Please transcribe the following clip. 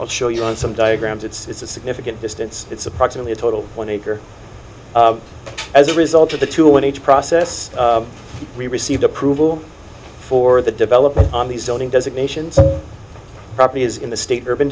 i'll show you on some diagrams it's a significant distance it's approximately a total one acre as a result of the two when each process received approval for the development on the zoning designations property is in the state urban